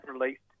released